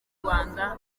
rwanda